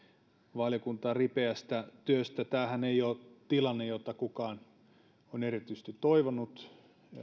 valiokuntaa ripeästä työstä tämähän ei ole tilanne jota kukaan on erityisesti toivonut